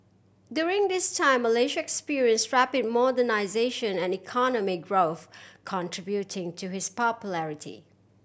during this time Malaysia experience rapid modernisation and economic growth contributing to his popularity